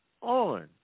on